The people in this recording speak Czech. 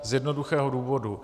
Z jednoduchého důvodu.